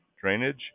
Drainage